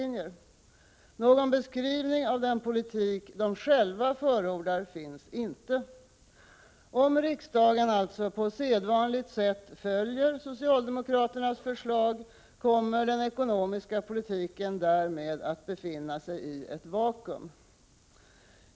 Någon beskrivning på den politik de själva förordar finns inte. Om riksdagen på sedvanligt sätt följer socialdemokraternas förslag, kommer den ekonomiska politiken därmed att befinna sig i ett vakuum.